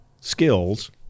skills